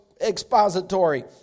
Expository